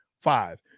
five